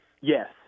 Yes